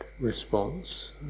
response